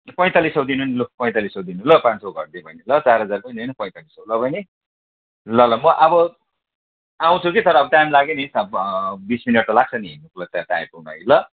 पैँतालिस सौ दिनु नि लु पैँतालिस सौ दिनु ल पाँच सौ घटिदिएँ बहिनी ल चार हजार पनि होइन पैँतालिस सौ ल बहिनी ल ल म अब आउँछु कि तर अब टाइम लाग्यो नि बिस मिनट त लाग्छ नि हिँड्नुको लागि त्यहाँ आइपुग्नु लागि ल